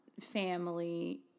family